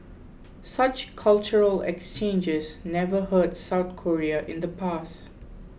such cultural exchanges never hurt South Korea in the past